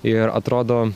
ir atrodo